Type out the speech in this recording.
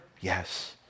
Yes